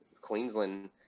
Queensland